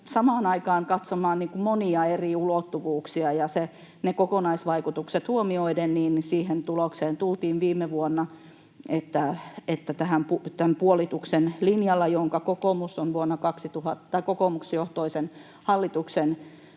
samaan aikaan katsomaan monia eri ulottuvuuksia, ja ne kokonaisvaikutukset huomioiden viime vuonna tultiin siihen tulokseen, että ollaan tämän puolituksen linjalla, joka kokoomusjohtoisen hallituksen